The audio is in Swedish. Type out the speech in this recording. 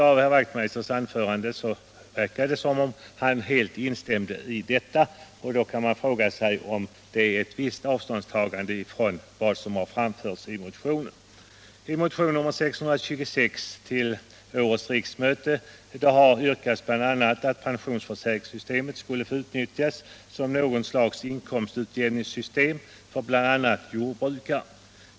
Av herr Wachtmeisters anförande verkar det som om han helt instämde i detta. Då kan man fråga sig om det innebär ett visst avståndstagande från vad som framförs i motionen. I motionen 626 till årets riksmöte har yrkats bl.a. att pensionsförsäkringssystemet skulle få utnyttjas såsom något slags inkomstutjämningssystem för bl.a. jordbrukare.